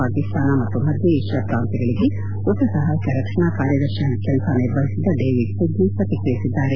ಪಾಕಿಸ್ತಾನ ಮತ್ತು ಮಧ್ಯ ಏಷ್ಯ ಪ್ರಾಂತ್ಯಗಳಿಗೆ ಉಪಸಹಾಯಕ ರಕ್ಷಣಾ ಕಾರ್ಯದರ್ಶಿಯಾಗಿ ಕೆಲಸ ನಿರ್ವಹಿಸಿದ್ದ ಡೇವಿಡ್ ಸೆಡ್ನಿ ಪ್ರತಿಕ್ರಿಯಿಸಿದ್ದಾರೆ